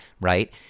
right